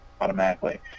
automatically